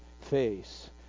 face